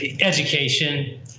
education